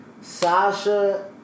Sasha